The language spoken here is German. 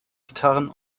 gitarren